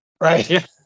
right